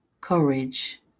courage